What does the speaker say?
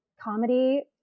comedy